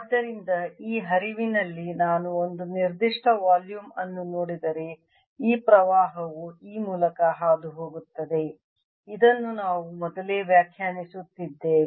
ಆದ್ದರಿಂದ ಈ ಹರಿವಿನಲ್ಲಿ ನಾನು ಒಂದು ನಿರ್ದಿಷ್ಟ ವಾಲ್ಯೂಮ್ ಅನ್ನು ನೋಡಿದರೆ ಈ ಪ್ರವಾಹವು ಈ ಮೂಲಕ ಹಾದುಹೋಗುತ್ತದೆ ಇದನ್ನು ನಾವು ಮೊದಲೇ ವ್ಯಾಖ್ಯಾನಿಸುತ್ತೇವೆ